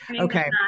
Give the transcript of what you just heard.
Okay